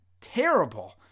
terrible